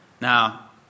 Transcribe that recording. Now